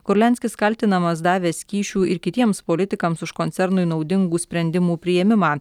kurlianskis kaltinamas davęs kyšių ir kitiems politikams už koncernui naudingų sprendimų priėmimą